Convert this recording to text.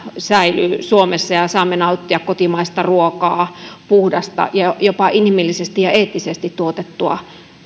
säilyy suomessa ja ja saamme nauttia kotimaista ruokaa puhdasta jopa inhimillisesti ja eettisesti tuotettua